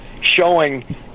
showing